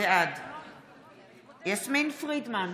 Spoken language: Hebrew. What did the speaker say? בעד יסמין פרידמן,